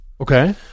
Okay